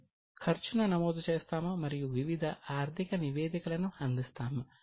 మనం ఖర్చును నమోదు చేస్తాము మరియు వివిధ ఆర్థిక నివేదికలను అందిస్తాము